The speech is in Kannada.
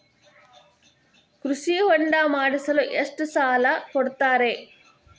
ಕೃಷಿ ಹೊಂಡ ಮಾಡಿಸಲು ಎಷ್ಟು ಸಾಲ ಕೊಡ್ತಾರೆ?